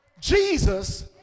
Jesus